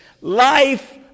Life